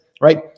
right